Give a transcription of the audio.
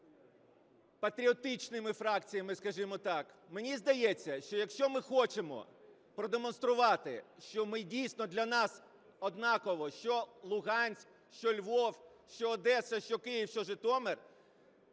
патріотичними фракціями, скажімо так. Мені здається, що якщо ми хочемо продемонструвати, що дійсно для нас однаково, що Луганськ, що Львів, що Одеса, що Київ, що Житомир,